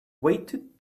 weighted